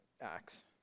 Acts